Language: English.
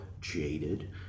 jaded